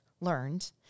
learned